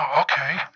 okay